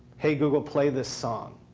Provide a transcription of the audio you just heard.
hey, google, play this song.